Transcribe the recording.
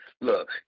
Look